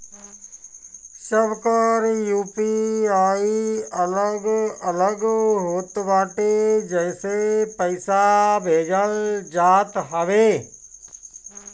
सबकर यू.पी.आई अलग अलग होत बाटे जेसे पईसा भेजल जात हवे